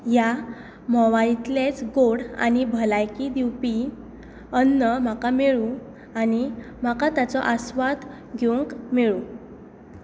ह्या म्होंवा इतलेंच गोड आनी भलायकी दिवपी अन्न म्हाका मेळूं आनी म्हाका ताचो आस्वाद घेवंक मेळूं